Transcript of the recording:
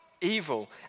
evil